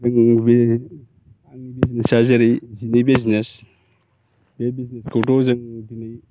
जों बे आंनि बिजिनेसा जेरै सिनि बिजनेस बे बिजनेसखौथ' जों दिनै